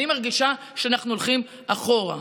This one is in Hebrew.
אני מרגישה שאנחנו הולכים אחורה.